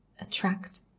attract